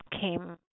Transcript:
came